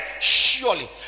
surely